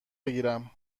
بگیرم